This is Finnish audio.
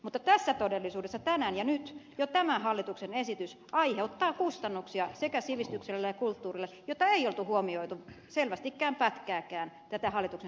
mutta tässä todellisuudessa tänään ja nyt jo tämä hallituksen esitys aiheuttaa sekä sivistykselle että kulttuurille kustannuksia joita ei ollut huomioitu selvästikään pätkääkään tätä hallituksen esitystä laadittaessa